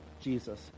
Jesus